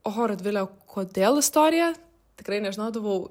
oho radvile kodėl istorija tikrai nežinodavau